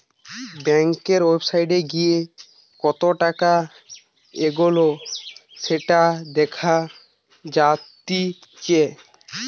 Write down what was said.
বেংকের ওয়েবসাইটে গিয়ে একাউন্ট কতটা এগোলো সেটা দেখা জাতিচ্চে